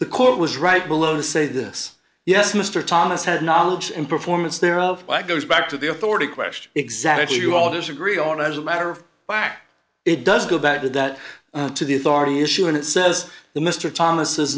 the court was right below to say this yes mr thomas had knowledge and performance there of why goes back to the authority question exactly do authors agree on as a matter of fact it does go back to that to the authority issue and it says the mr thomas